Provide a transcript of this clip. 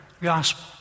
gospel